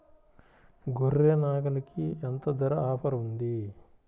గొర్రె, నాగలికి ఎంత ధర ఆఫర్ ఉంది?